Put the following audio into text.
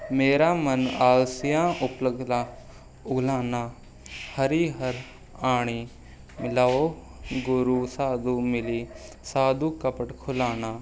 ਮੇਰਾ ਮਨ ਆਸਿਆ ਉਪਗਲਾ ਉਲਾਨਾ ਹਰੀ ਹਰਿ ਆਣੀ ਮਿਲਾਓ ਗੁਰੂ ਸਾਧੂ ਮਿਲੀ ਸਾਧੂ ਕਪਟ ਖੁਲਾਨਾ